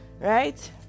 right